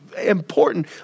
important